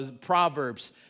Proverbs